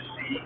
see